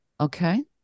okay